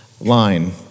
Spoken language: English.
line